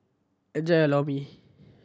enjoy Lor Mee